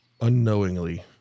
unknowingly